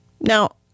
Now